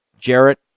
Jarrett